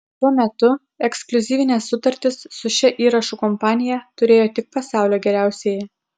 tuo metu ekskliuzyvines sutartis su šia įrašų kompanija turėjo tik pasaulio geriausieji